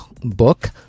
book